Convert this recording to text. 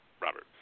Robert